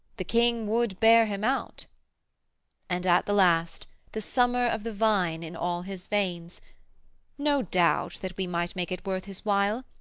the king would bear him out and at the last the summer of the vine in all his veins no doubt that we might make it worth his while.